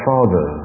Father